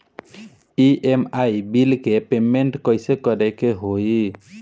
EMI bill के payment कइसे करे के होई?